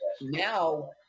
Now